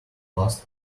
last